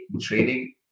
training